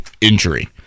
injury